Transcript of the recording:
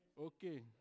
okay